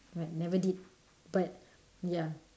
but never did but ya